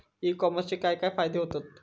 E कॉमर्सचे काय काय फायदे होतत?